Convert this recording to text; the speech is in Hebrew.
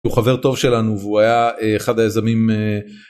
הוא חבר טוב שלנו והוא היה אחד היזמים.